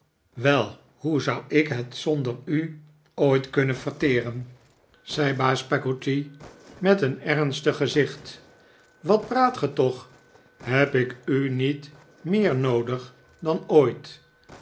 wel hoe zou ik het zonder u ooit kunnen verteren zei baas peggotty met een ernstig gezicht wat praat ge toch heb ik u nu niet meer noodig dan ooit